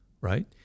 right